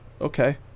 Okay